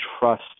trust